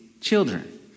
children